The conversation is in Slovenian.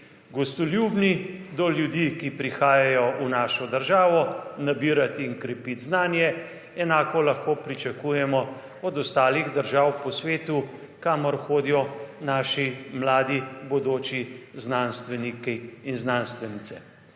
gostoljubni do ljudi, ki prihajajo v našo državo nabirat in krepit znanje, enako lahko pričakujemo od ostalih držav po svetu, kamor hodijo naši mladi bodoči znanstveniki in znanstvenice.